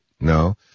no